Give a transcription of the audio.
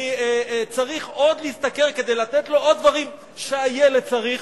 אני צריך עוד להשתכר כדי לתת לו עוד דברים שהילד צריך,